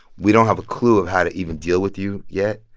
we don't have a clue of how to even deal with you yet,